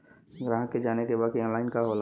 ग्राहक के जाने के बा की ऑनलाइन का होला?